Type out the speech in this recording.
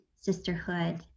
sisterhood